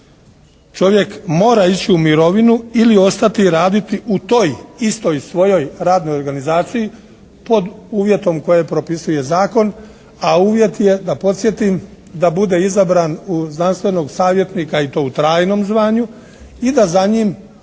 čovjek mora ići u mirovinu ili ostati raditi u toj istoj svojoj radnoj organizaciji pod uvjetom koje propisuje zakon, a uvjet je da podsjetim da bude izabran u znanstvenog savjetnika i to u trajnom zvanju i da za njim